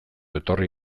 etorri